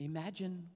Imagine